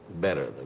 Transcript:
better